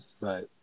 Right